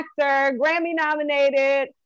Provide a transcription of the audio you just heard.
Grammy-nominated